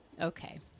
okay